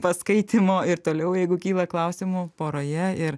paskaitymo ir toliau jeigu kyla klausimų poroje ir